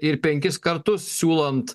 ir penkis kartus siūlant